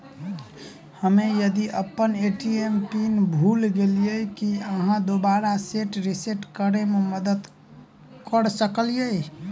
हम्मे यदि अप्पन ए.टी.एम पिन भूल गेलियै, की अहाँ दोबारा सेट रिसेट करैमे मदद करऽ सकलिये?